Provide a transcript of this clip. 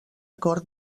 acord